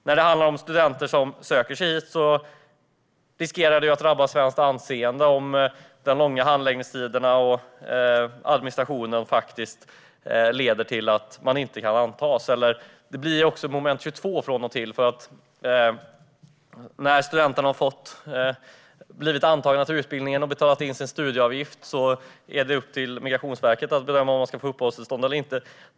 När det gäller studenter som söker hit riskerar det att drabba svenskt anseende om de långa handläggningstiderna och administrationen leder till att de inte kan antas. Från och till blir det också ett moment 22. När studenterna har blivit antagna till utbildningen och betalat sin studieavgift är det nämligen upp till Migrationsverket att bedöma om de ska få uppehållstillstånd eller inte.